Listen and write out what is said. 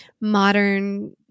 modern